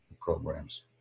programs